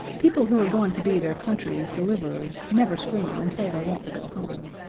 people who are going to be their country's deliverers never scream and say they want to go home.